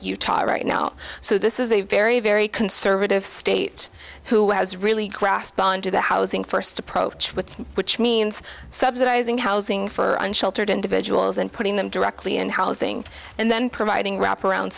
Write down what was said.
utah right now so this is a very very conservative state who has really grasp onto the housing first approach with which means subsidizing housing for unsheltered individuals and putting them directly in housing and then providing wraparound